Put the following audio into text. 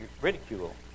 ridicule